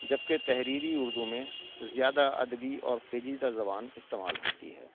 جبکہ تحریری اردو میں زیادہ ادبی اور پیجیدہ زبان استعمال ہوتی ہے